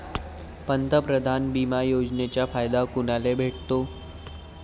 पंतप्रधान बिमा योजनेचा फायदा कुनाले भेटतो?